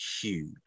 huge